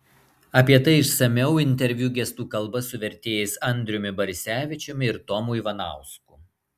apie tai išsamiau interviu gestų kalba su vertėjais andriumi barisevičiumi ir tomu ivanausku